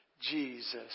Jesus